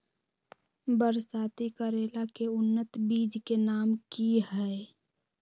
बरसाती करेला के उन्नत बिज के नाम की हैय?